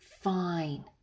fine